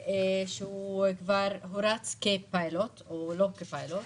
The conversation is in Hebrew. שכבר רץ כפיילוט או לא כפיילוט.